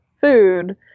food